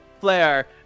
Flair